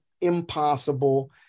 impossible